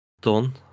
Done